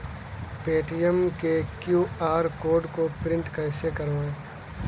Paytm के QR code को print कैसे करवाएँ?